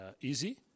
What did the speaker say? easy